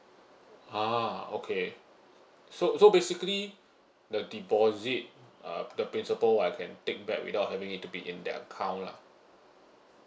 ah okay so so basically the deposit uh the principal I can take back without having it to be in their account lah